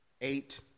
eight